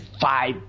five